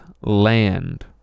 land